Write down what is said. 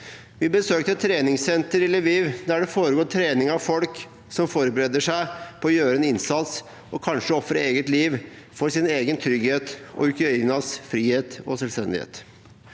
Vi besøkte et treningssenter i Lviv der det foregår trening av folk som forbereder seg på å gjøre en innsats, og kanskje ofre eget liv, for sin egen trygghet og Ukrainas frihet og selvstendighet.